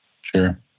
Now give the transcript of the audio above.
Sure